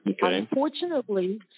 Unfortunately